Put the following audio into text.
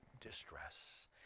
distress